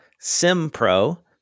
SimPro